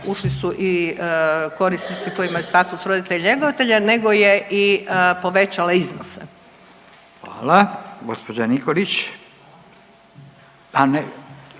ušli su i korisnici koji imaju status roditelja-njegovatelja nego je i povećala iznose. **Radin, Furio